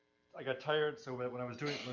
i got tired, so that when i was doing,